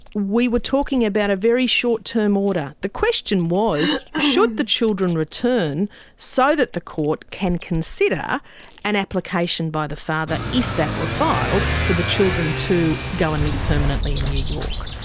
we were talking about a very short-term order. the question was should the children return so that the court can consider an application by the father, if that were filed, for the children to go and live permanently in new york.